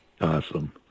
Awesome